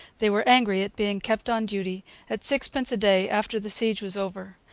they were angry at being kept on duty at sixpence a day after the siege was over.